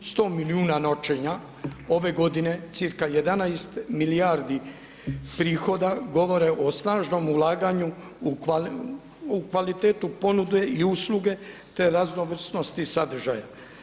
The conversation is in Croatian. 100 milijuna noćenja ove godine circa 11 milijardi prohoda govore o snažnom ulaganju u kvalitetu ponude i usluge te raznovrsnosti sadržaja.